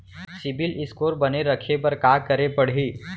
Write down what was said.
CIBIL score बने रखे बर का करे पड़ही?